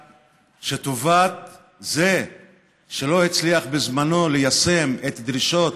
שטובת אלו שלא הצליחו בזמנו ליישם את דרישות